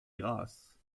grâce